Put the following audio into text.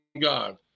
god